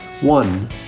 one